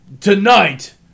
Tonight